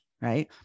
right